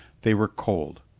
they were cold.